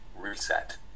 reset